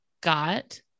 got